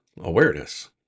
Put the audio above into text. awareness